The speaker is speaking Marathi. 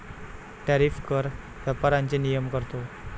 टॅरिफ कर व्यापाराचे नियमन करतो